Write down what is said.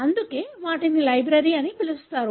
అందుకే వాటిని లైబ్రరీ అని పిలుస్తారు